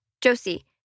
Josie